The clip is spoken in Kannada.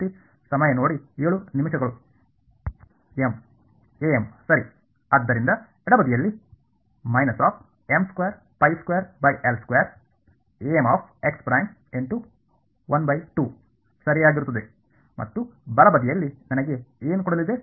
m am ಸರಿ ಆದ್ದರಿಂದ ಎಡಬದಿಯಲ್ಲಿ ಸರಿಯಾಗಿರುತ್ತದೆ ಮತ್ತು ಬಲಬದಿಯಲ್ಲಿ ನನಗೆ ಏನು ಕೊಡಲಿದೆ